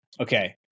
Okay